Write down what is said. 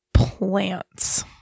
plants